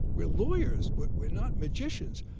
we're lawyers, but we're not magicians.